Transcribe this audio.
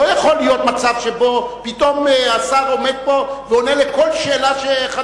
לא יכול להיות מצב שבו פתאום השר עומד ועונה לכל שאלה שאחד